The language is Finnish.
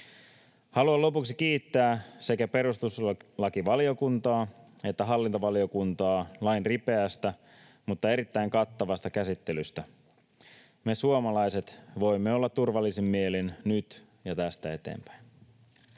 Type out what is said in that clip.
Haluan lopuksi kiittää sekä perustuslakivaliokuntaa että hallintovaliokuntaa lain ripeästä mutta erittäin kattavasta käsittelystä. Me suomalaiset voimme olla turvallisin mielin nyt ja tästä eteenpäin.